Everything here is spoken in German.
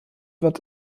wird